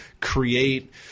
create